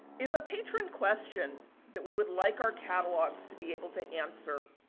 if a patron question that we would like our catalogs to be able to answer